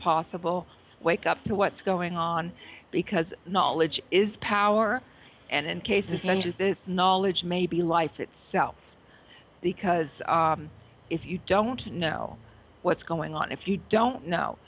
possible wake up to what's going on because knowledge is power and in cases knowledge maybe life itself because if you don't know what's going on if you don't know